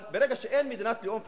אבל ברגע שאין מדינת לאום פלסטינית,